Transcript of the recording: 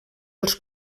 els